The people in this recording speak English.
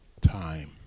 time